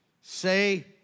say